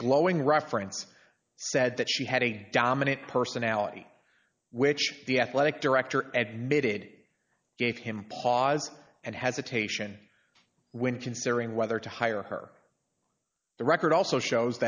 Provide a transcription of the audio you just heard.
reference said that she had a dominant personality which the athletic director ed made it gave him pause and hesitation when considering whether to hire her the record also shows